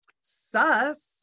Sus